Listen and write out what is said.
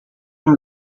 been